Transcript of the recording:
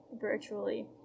virtually